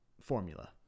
formula